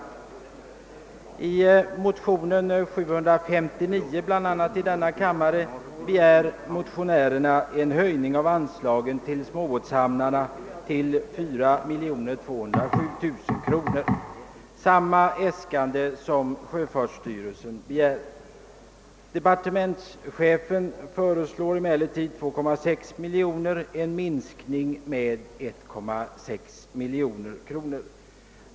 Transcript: I de likalydande motionerna 1:597 och II: 759 begär vi motionärer en höjning av anslaget till småbåtshamnar till 4207 000 kronor, samma äskande som sjöfartsstyrelsen framställt. Departementschefen föreslår emellertid 2,6 miljoner kronor, en minskning med cirka 1,6 miljon kronor.